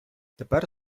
тепер